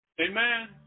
Amen